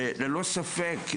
שללא ספק,